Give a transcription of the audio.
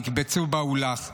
נקבצו באו לָךְ.